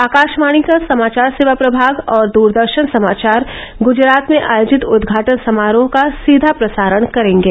आकाशवाणी का समाचार सेवा प्रभाग और दूरदर्शन समाचार गुजरात में आयोजित उद्घाटन समारोह का सीधा प्रसारण करेंगे